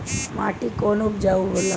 माटी कौन उपजाऊ होला?